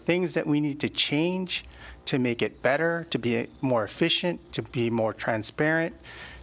things that we need to change to make it better to be more efficient to be more transparent